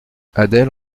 adèle